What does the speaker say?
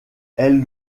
elle